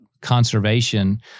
conservation